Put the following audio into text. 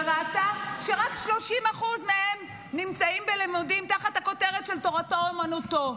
וראתה שרק 30% מהם נמצאים בלימודים תחת הכותרת תורתו אומנותו.